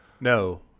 No